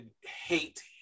hate